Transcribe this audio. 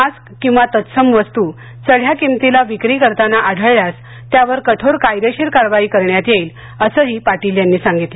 mask किंवा तत्सम वस्तू चढ्या किमतीला विक्री करताना आढळल्यास त्यावर कठोर कायदेशीर कारवाई करण्यात येईल असंही पाटील यांनी सांगितलं